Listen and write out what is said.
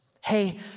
Hey